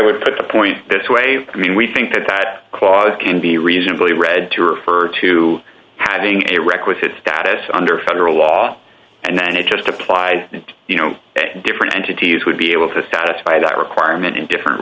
would but the point this wave i mean we think that quality can be reasonably read to refer to having a requisite status under federal law and it just applied and you know different entities would be able to satisfy that requirement in different